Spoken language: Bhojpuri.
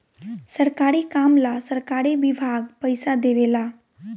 सरकारी काम ला सरकारी विभाग पइसा देवे ला